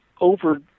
over